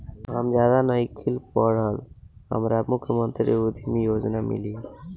हम ज्यादा नइखिल पढ़ल हमरा मुख्यमंत्री उद्यमी योजना मिली?